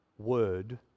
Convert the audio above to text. word